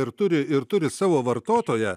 ir turi ir turi savo vartotoją